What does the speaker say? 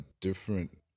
different